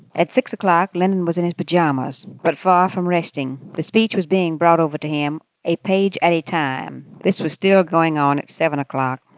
at six o'clock, lyndon was in his pajamas but far from resting. the speech was being brought over to him a page at a time. this was still going on at seven o'clock,